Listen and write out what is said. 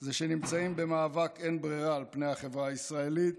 זה שהם נמצאים במאבק אין ברירה על פני החברה הישראלית